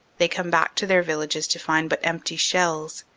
they come back to their villages to find but empty shells,